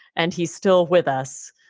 and he's still with us.